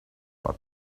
but